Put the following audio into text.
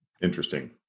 Interesting